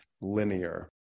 linear